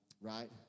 right